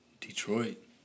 Detroit